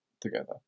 together